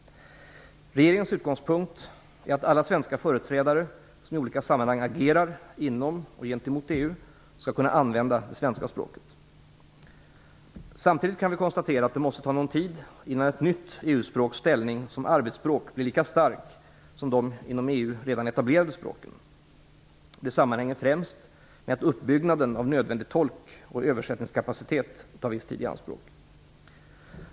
Regeringens utgångspunkt är att alla svenska företrädare som i olika sammanhang agerar inom och gentemot EU skall kunna använda det svenska språket. Samtidigt kan vi konstatera att det måste ta någon tid innan ett nytt EU-språks ställning som arbetsspråk blir lika starkt som de inom EU redan etablerade språken. Detta sammanhänger främst med att uppbyggnaden av nödvändig tolk och översättningskapacitet tar viss tid i anspråk.